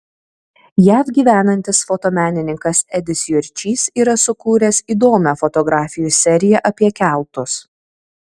jav gyvenantis fotomenininkas edis jurčys yra sukūręs įdomią fotografijų seriją apie keltus